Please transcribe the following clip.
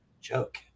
Joke